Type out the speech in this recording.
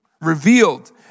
revealed